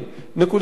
נקודה ראשונה.